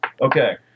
Okay